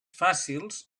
fàcils